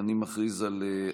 אני מכריז על,